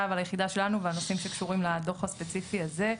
ועל היחידה שלנו ועל נושאים שקשורים לדוח הספציפי הזה.